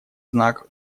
знак